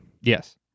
yes